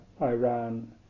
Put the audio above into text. Iran